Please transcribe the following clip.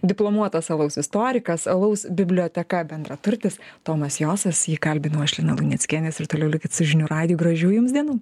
diplomuotas alaus istorikas alaus biblioteka bendraturtis tomas josas jį kalbinau aš lina luneckienės ir toliau likti su žinių radiju gražių jums dienų